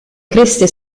creste